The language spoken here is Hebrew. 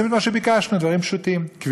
יש לבצע מהלכים להעלאת